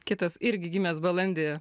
kitas irgi gimęs balandį